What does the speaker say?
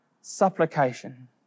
supplication